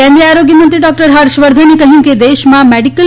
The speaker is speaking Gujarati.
કેન્દ્રીય આરોગ્ય મંત્રી ડોક્ટર હર્ષવર્ધને કહ્યું છે કે દેશમાં મેડીકલ